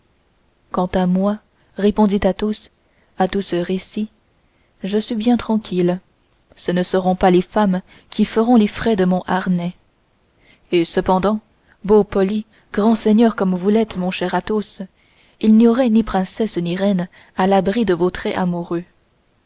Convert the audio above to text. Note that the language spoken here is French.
quant à moi répondit athos à tout ce récit je suis bien tranquille ce ne seront pas les femmes qui feront les frais de mon harnais et cependant beau poli grand seigneur comme vous l'êtes mon cher athos il n'y aurait ni princesses ni reines à l'abri de vos traits amoureux